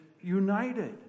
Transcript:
united